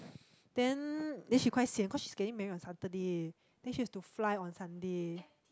then she's quite sian cause she's getting married on Saturday then she has to fly on Sunday